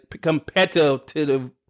competitive